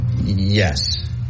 Yes